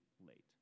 late